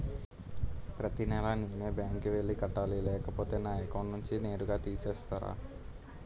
ప్రతి నెల నేనే బ్యాంక్ కి వెళ్లి కట్టాలి లేకపోతే నా అకౌంట్ నుంచి నేరుగా తీసేస్తర?